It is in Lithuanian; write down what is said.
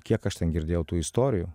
kiek aš ten girdėjau tų istorijų